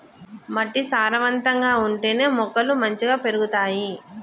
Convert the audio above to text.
మట్టి సారవంతంగా ఉంటేనే మొక్కలు మంచిగ పెరుగుతాయి